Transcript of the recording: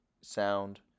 sound